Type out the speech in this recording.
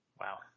Wow